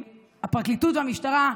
הפרקליטות והמשטרה,